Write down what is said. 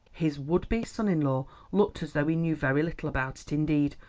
his would-be son-in-law looked as though he knew very little about it indeed,